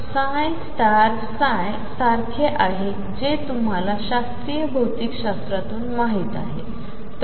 तर v×ψ सारखेआहेजेतुम्हालाशास्त्रीयभौतिकशास्त्रातूनमाहितआहे